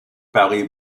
paris